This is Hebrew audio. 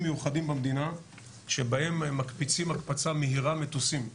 מיוחדים במדינה שבהם מקפיצים הקפצה מהירה מטוסים,